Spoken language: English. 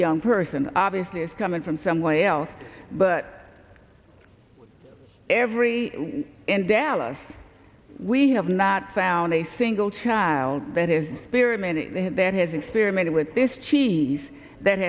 young person obviously is coming from somewhere else but every in dallas we have not found a single child that is spirit that has experimented with this cheese that